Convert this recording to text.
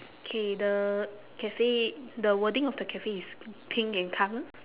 okay the cafe the wording of the cafe is pink in colour